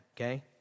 okay